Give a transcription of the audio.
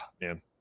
man